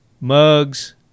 mugs